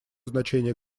значение